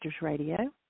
Radio